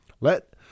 Let